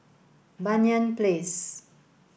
Banyan Place